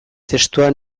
testua